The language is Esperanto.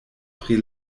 pri